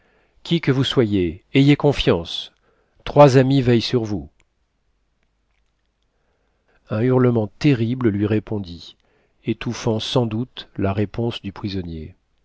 qui que vous soyez ayez confiance trois amis veillent sur vous un hurlement terrible lui répondit étouffant sans doute la réponse du prisonnier